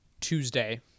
Tuesday